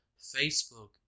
Facebook